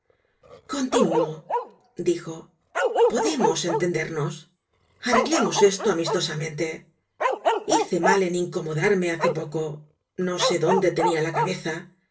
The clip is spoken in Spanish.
continúo dijo podemos entendernos arreglemos esto amistosamente hice mal en incomodarme hace poco no sé dónde tenia la cabeza